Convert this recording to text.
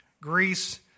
Greece